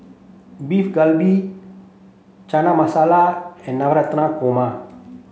Beef Galbi Chana Masala and Navratan Korma